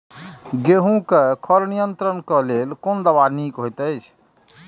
गेहूँ क खर नियंत्रण क लेल कोन दवा निक होयत अछि?